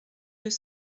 deux